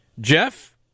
Jeff